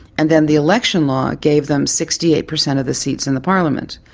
and then the election law gave them sixty eight percent of the seats in the parliament.